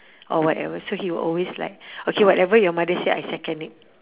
or whatever so he will always like okay whatever your mother say I second it